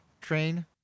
train